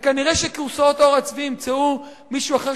וכנראה שכורסאות עור הצבי ימצאו מישהו אחר